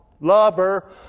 lover